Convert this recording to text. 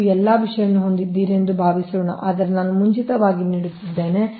ನೀವು ಈ ಎಲ್ಲಾ ವಿಷಯಗಳನ್ನು ಹೊಂದಿದ್ದೀರಿ ಎಂದು ಭಾವಿಸೋಣ ಆದರೆ ನಾನು ಮುಂಚಿತವಾಗಿ ನೀಡುತ್ತಿದ್ದೇನೆ